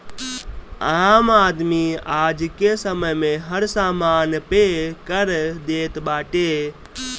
आम आदमी आजके समय में हर समान पे कर देत बाटे